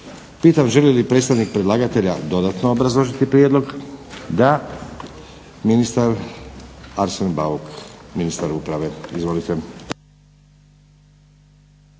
Pitam želi li predstavnik predlagatelja dodatno obrazložiti prijedlog? Da. Ministar Arsen Bauk, ministar uprave. Izvolite.